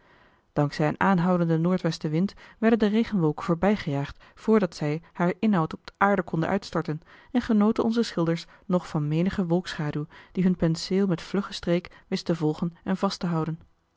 zij een aanhoudenden noordwesten wind werden de regenwolken voorbijgejaagd voordat zij haar inhoud op de aarde konden uitstorten en genoten onze schilders nog van menige wolkschaduw die hun penseel met vlugge streek wist te volgen en vasttehouden te huis